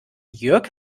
jörg